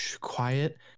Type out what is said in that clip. quiet